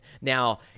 Now